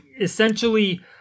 essentially